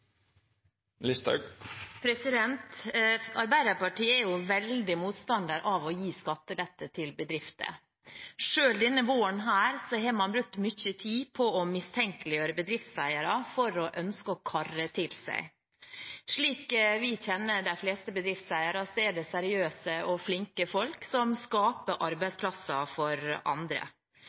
2022. Arbeiderpartiet er veldig motstander av å gi skattelette til bedrifter. Selv denne våren har man brukt mye tid på å mistenkeliggjøre bedriftseiere for å ønske å karre til seg. Slik vi kjenner de fleste bedriftseiere, er det seriøse og flinke folk som skaper arbeidsplasser for andre.